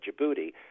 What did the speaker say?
Djibouti